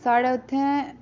साढ़े उत्थैं